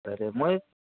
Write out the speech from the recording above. ଆରେ ମୁଇଁ